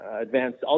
advanced